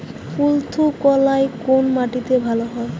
কুলত্থ কলাই কোন মাটিতে ভালো হয়?